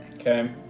Okay